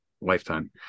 lifetime